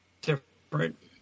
different